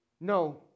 No